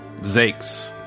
Zakes